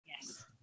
yes